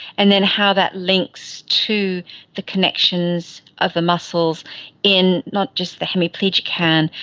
and then how that links to the connections of the muscles in not just the hemiplegic hand,